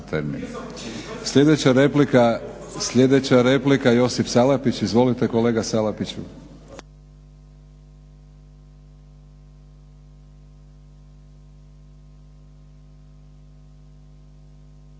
Sljedeća replika Josip Salapić. Izvolite kolega Salapiću.